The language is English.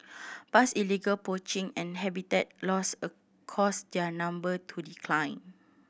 past illegal poaching and habitat loss a caused their number to decline